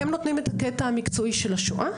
והם נותנים את הקטע המקצועי של השואה,